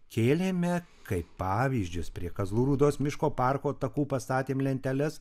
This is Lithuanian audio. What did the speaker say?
kėlėme kaip pavyzdžius prie kazlų rūdos miško parko takų pastatėm lenteles